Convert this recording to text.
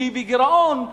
שהיא בגירעון,